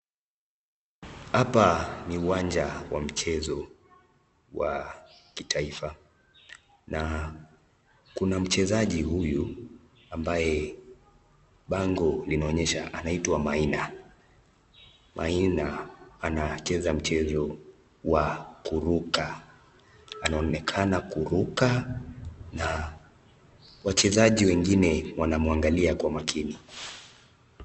Hapa ni uwanja wa mchezo wa kitaifa na kuna mchezaji huyu ambaye bango linaonyesha anaitwa Maina. Maina anacheza mchezo wa kuruka. Anaonekana kuruka na wachezaji wengine wanamuangalia kwa makini.